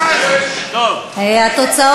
ההצעה